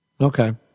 Okay